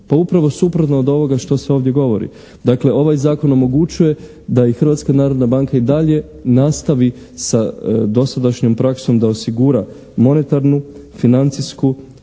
Pa upravo suprotno od ovoga što se ovdje govori. Dakle, ovaj Zakon omogućuje da i Hrvatska narodna banka i dalje nastavi sa dosadašnjom praksom da osigura monetarnu, financijsku,